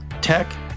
tech